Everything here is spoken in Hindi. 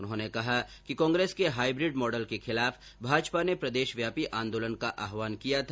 उन्होंने कहा कि कांग्रेस के हाईब्रिड मॉडल के खिलाफ भाजपा ने प्रदेशव्यापी आंदोलन का आहयान किया था